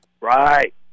Right